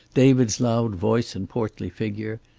david's loud voice and portly figure,